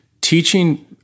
Teaching